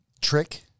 trick